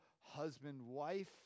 husband-wife